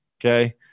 okay